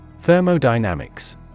Thermodynamics